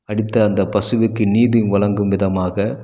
அடித்த அந்த பசுவிற்கு நீதி வழங்கும் விதமாக